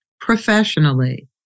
professionally